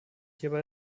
hierbei